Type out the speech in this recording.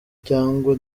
cyangwa